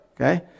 okay